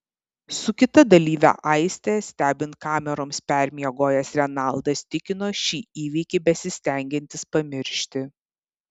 su kita dalyve aiste stebint kameroms permiegojęs renaldas tikino šį įvykį besistengiantis pamiršti